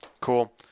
cool